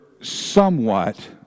somewhat